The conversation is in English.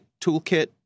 toolkit